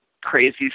crazy